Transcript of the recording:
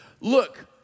look